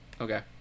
Okay